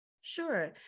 Sure